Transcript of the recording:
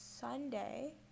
Sunday